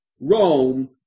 Rome